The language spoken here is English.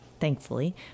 thankfully